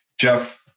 Jeff